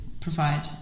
provide